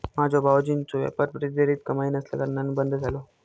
माझ्यो भावजींचो व्यापार प्रतिधरीत कमाई नसल्याकारणान बंद झालो